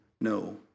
no